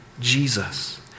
Jesus